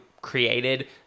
created